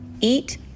Eat